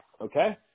Okay